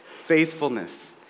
faithfulness